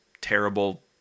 terrible